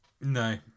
No